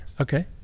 Okay